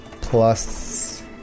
plus